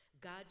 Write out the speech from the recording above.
God